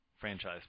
franchise